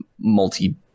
multi